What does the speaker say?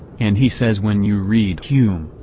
and he says when you read hume,